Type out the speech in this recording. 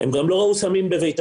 הם גם לא ראו סמים בביתם.